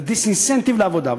זה disincentive לעבודה.